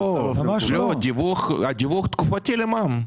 לא, לא, דיווח תקופתי למע"מ.